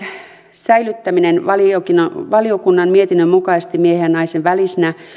säilyttäminen valiokunnan valiokunnan mietinnön mukaisesti miehen ja naisen välisenä